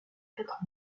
quatre